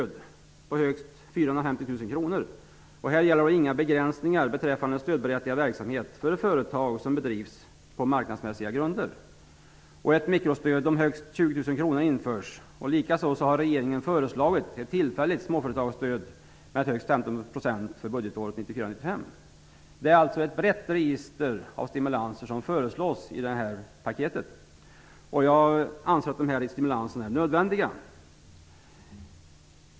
450 000 kr. Här gäller inga begränsningar beträffande stödberättigad verksamhet för de företag som bedrivs på marknadsmässiga grunder. Ett mikrostöd om högst 20 000 kr införs. Likaså har regeringen föreslagit ett tillfälligt småföretagsstöd med högst 15 % för budgetåret 1994/95. Det är alltså ett brett register av stimulanser som föreslås i detta paket. Jag anser att dessa stimulanser är nödvändiga.